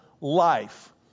life